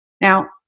Now